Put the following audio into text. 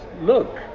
look